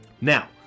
Now